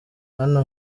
hano